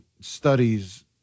studies